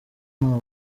ntabwo